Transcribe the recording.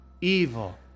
evil